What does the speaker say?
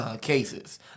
cases